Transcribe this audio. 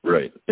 Right